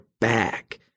back